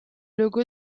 logo